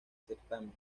certamen